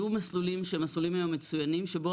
יהיו מסלולים שהם מסלולים היום מצוינים שבהם